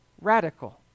radical